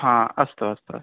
हा अस्तु अस्तु अस्तु